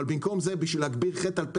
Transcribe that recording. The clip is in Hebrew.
אבל במקום זה, בשביל להוסיף חטא על פשע,